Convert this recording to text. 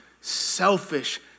selfish